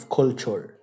culture